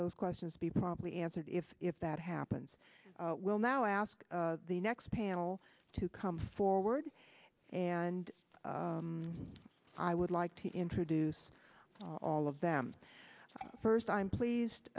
those questions be probably answered if if that happens we'll now ask the next panel to come forward and i would like to introduce all of them first i'm pleased